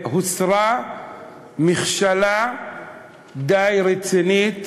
והוסרה מכשלה די רצינית